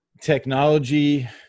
technology